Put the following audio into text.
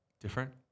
different